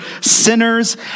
sinners